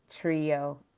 trio